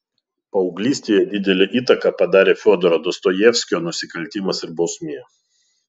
paauglystėje didelę įtaką padarė fiodoro dostojevskio nusikaltimas ir bausmė